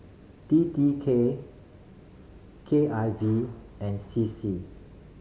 T T K K I V and C C